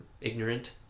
ignorant